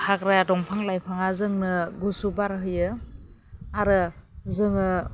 हाग्रा दंफां लाइफाङा जोंनो गुसु बार होयो आरो जोङो